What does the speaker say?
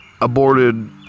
aborted